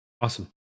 Awesome